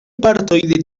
partoj